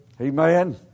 Amen